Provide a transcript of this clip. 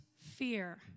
fear